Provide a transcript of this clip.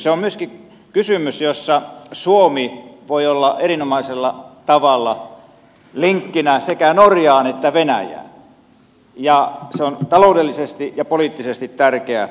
se on myöskin kysymys jossa suomi voi olla erinomaisella tavalla linkkinä sekä norjaan että venäjään ja se on taloudellisesti ja poliittisesti tärkeä ulottuvuus